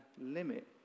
limit